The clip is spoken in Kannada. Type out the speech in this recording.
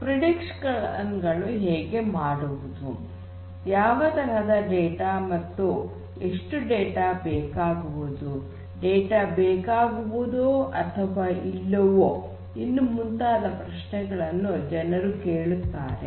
ಪ್ರಿಡಿಕ್ಷನ್ಸ್ ಗಳನ್ನು ಹೇಗೆ ಮಾಡುವುದು ಯಾವ ತರಹದ ಡೇಟಾ ಮತ್ತು ಎಷ್ಟು ಡೇಟಾ ಬೇಕಾಗುವುದು ಡೇಟಾ ಬೇಕಾಗುವುದೋ ಅಥವಾ ಇಲ್ಲವೋ ಇನ್ನು ಮುಂತಾದ ಪ್ರಶ್ನೆಗಳನ್ನು ಜನರು ಕೇಳುತ್ತಾರೆ